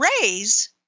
raise